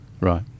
Right